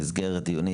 במסגרת דיונית,